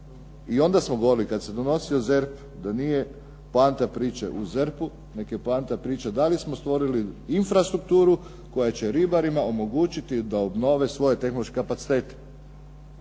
i onda smo govorili kada se donosio ZERP da nije poanta priče u ZERP-u nego je poanta priče da li smo stvorili infrastrukturu koja će ribarima omogućiti da obnove svoje tehnološke kapacitete.